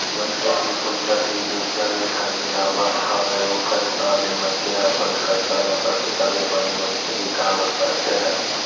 मनखे तीर पइसा के जइसन ढंग ले आवक हवय ओखर हिसाब ले मनखे ह अपन खरचा ल करथे तभे बने मनखे के काम ह सरकथे घलोक